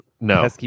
No